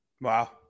Wow